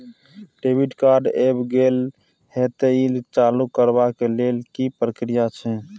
Debit card ऐब गेल हैं त ई चालू करबा के लेल की प्रक्रिया छै?